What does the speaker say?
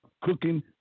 cooking